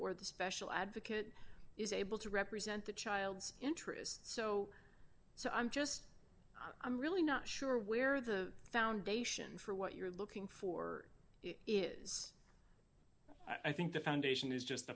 or the special advocate is able to represent the child's interests so so i'm just i'm really not sure where the foundation for what you're looking for is i think the foundation is just